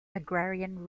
agrarian